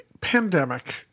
Pandemic